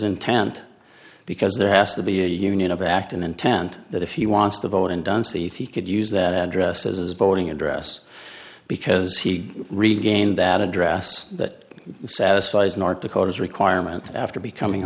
intent because there has to be a union of act and intent that if he wants to vote in dunseath he could use that address as a voting address because he regained that address that satisfies north dakota's requirement after becoming